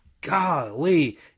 golly